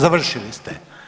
Završili ste.